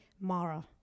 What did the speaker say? Mara